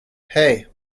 hey